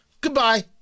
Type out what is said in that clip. goodbye